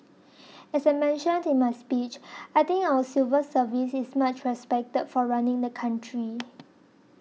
as I mentioned in my speech I think our civil service is much respected for running the country